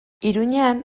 iruñean